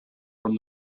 from